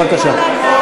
בבקשה.